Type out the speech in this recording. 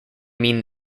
mean